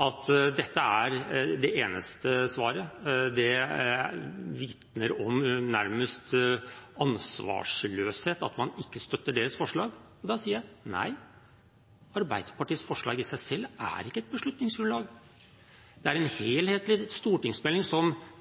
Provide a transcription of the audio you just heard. at dette er det eneste svaret, at det nærmest vitner om ansvarsløshet at man ikke støtter deres forslag, sier jeg: Nei, Arbeiderpartiets forslag i seg selv er ikke et beslutningsgrunnlag. Det kommer en helhetlig stortingsmelding, som